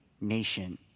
nation